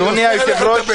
לא ראש הממשלה הביא?